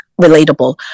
relatable